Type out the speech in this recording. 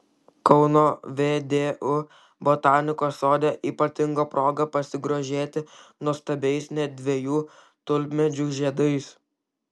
kauno vdu botanikos sode ypatinga proga pasigrožėti nuostabiais net dviejų tulpmedžių žiedais